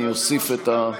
היושב-ראש,